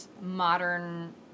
modern